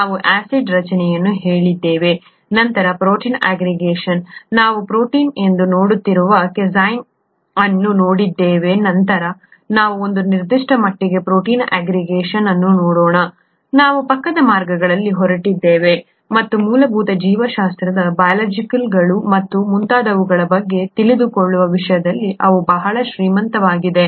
ನಾವು ಆಸಿಡ್ ರಚನೆಯನ್ನು ಹೇಳಿದ್ದೇವೆ ನಂತರ ಪ್ರೋಟೀನ್ ಆಗ್ರಿಗೇಷನ್ ನಾವು ಪ್ರೋಟೀನ್ ಎಂದು ನೋಡುತ್ತಿರುವ ಕ್ಯಾಸೀನ್ ಅನ್ನು ನೋಡಿದ್ದೇವೆ ನಂತರ ನಾವು ಒಂದು ನಿರ್ದಿಷ್ಟ ಮಟ್ಟಿಗೆ ಪ್ರೋಟೀನ್ ಆಗ್ರಿಗೇಷನ್ ಅನ್ನು ನೋಡೋಣ ನಾವು ಪಕ್ಕದ ಮಾರ್ಗಗಳಲ್ಲಿ ಹೊರಟಿದ್ದೇವೆ ಮತ್ತು ಮೂಲಭೂತ ಜೀವಶಾಸ್ತ್ರ ಬಯೋಲಾಜಿಕಲ್ಗಳು ಮತ್ತು ಮುಂತಾದವುಗಳ ಬಗ್ಗೆ ತಿಳಿದುಕೊಳ್ಳುವ ವಿಷಯದಲ್ಲಿ ಅವು ಬಹಳ ಶ್ರೀಮಂತವಾಗಿವೆ